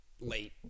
late